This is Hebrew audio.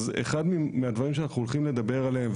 אז אחד מהדברים שאנחנו הולכים לדבר עליהם,